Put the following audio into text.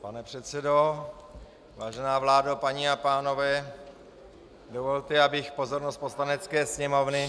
Pane předsedo, vážená vlády, paní a pánové, dovolte, abych pozornost Poslanecké sněmovny